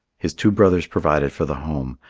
his two brothers provided for the home,